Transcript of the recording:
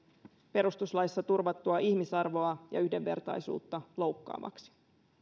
perustuslaissa turvattua ihmisarvoa ja yhdenvertaisuutta loukkaavaksi